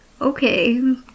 okay